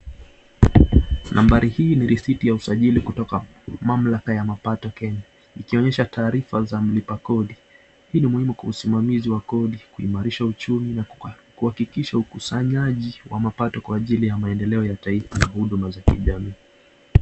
Nambari hii ni risiti ya usajili wa kutoka mamlaka ya mapato Kenya, ikionyesha taarifa za mlipa kodi. Hii ni muhimu kwa usimamizi wa kodi, kuimarisha uchumi na kuhakikisha ukusanyaji wa mapato kwa ajili ya maendeleo ya taifa na huduma za kijamii.